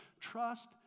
trust